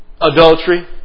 Adultery